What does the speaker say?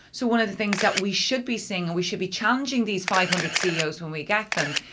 so, one of the things that we should be saying and we should be challenging these five hundred ceos when we get them,